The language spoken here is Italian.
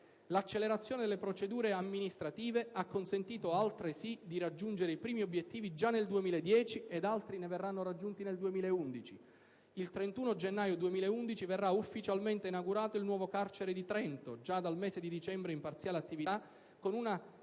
L'accelerazione delle procedure amministrative ha consentito altresì di raggiungere i primi obiettivi già nel 2010, ed altri ne verranno raggiunti già nel 2011. Il 31 gennaio 2011 verrà ufficialmente inaugurato il nuovo carcere di Trento, già dal mese di dicembre in parziale attività, con una